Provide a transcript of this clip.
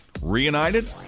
Reunited